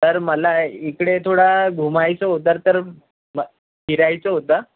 तर मला इकडे थोडा घुमायचं होतं तर फिरायचं होतं